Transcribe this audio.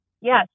yes